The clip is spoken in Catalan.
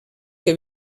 que